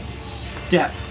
step